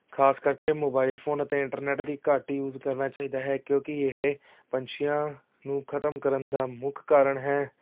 ਖਾਸ ਕਰਕੇ mobile phone ਅਤੇ ਇੰਟਰਨੈਟ ਦੀ ਘੱਟ ਯੂਜ ਕਰਨਾ ਚਾਹੀਦਾ ਹੈ ਕਿਉਂਕਿ ਇਹ ਪੰਛੀਆਂ ਨੂੰ ਖਤਮ ਕਰਨ ਦਾ ਮੁੱਖ ਕਾਰਨ ਹੈ